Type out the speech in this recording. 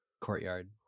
courtyard